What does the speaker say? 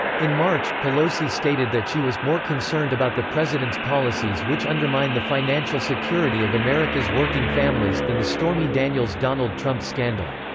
in march, pelosi stated that she was more concerned about the president's policies which undermine the financial security of america's working families than the stormy daniels-donald trump scandal.